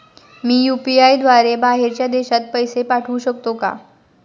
मी UPI द्वारे बाहेरच्या देशात पैसे पाठवू शकतो का?